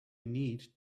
need